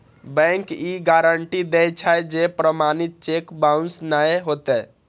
bank ई guarantee दै छै, जे प्रमाणित चेक बाउंस नै हेतै